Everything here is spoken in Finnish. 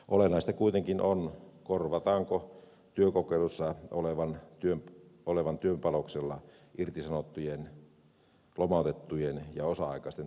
olennaista kuitenkin on korvataanko työkokeilussa olevan työpanoksella irtisanottujen lomautettujen ja osa aikaisten työpanosta